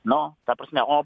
nu ta prasme o